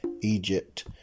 Egypt